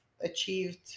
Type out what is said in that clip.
achieved